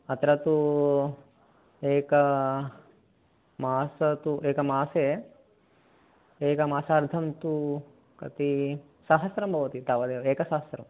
अत्र तु एकमासः मासः तु एकमासे एकमासार्थं तु कति सहस्रं भवति तावदेव एकसहस्रम्